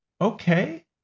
okay